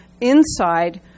Inside